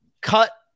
cut